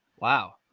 Wow